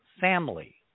family